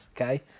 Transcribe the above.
okay